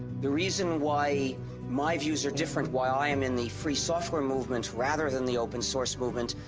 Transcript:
the reason why my views are different, while i am in the free software movement rather than the open source movement,